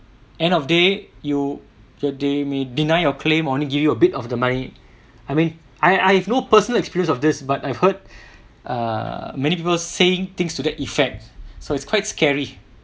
end of the day you that they may deny your claim or only give you a bit of the money I mean I I have no personal experience of this but I've heard err many people saying things to that effect so it's quite scary